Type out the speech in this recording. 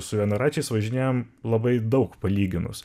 su vienaračiais važinėjam labai daug palyginus